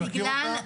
אני מכיר אותה,